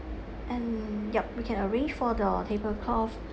and yup we can arrange for the table cloth